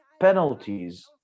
penalties